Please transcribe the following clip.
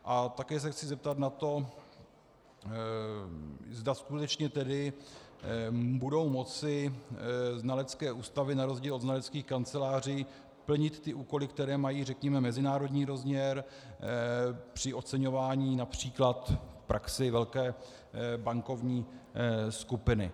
A také se chci zeptat na to, zda skutečně tedy budou moci znalecké ústavy na rozdíl od znaleckých kanceláří plnit úkoly, které mají, řekněme, mezinárodní rozměr, při oceňování např. v praxi velké bankovní skupiny.